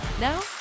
Now